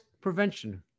prevention